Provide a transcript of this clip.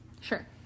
Sure